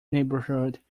neighborhood